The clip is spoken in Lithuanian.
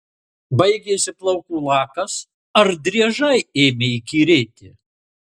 baigėsi plaukų lakas ar driežai ėmė įkyrėti